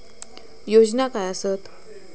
योजना काय आसत?